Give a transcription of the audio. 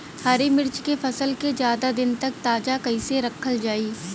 हरि मिर्च के फसल के ज्यादा दिन तक ताजा कइसे रखल जाई?